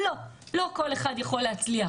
לא! לא כל אחד יכול להצליח.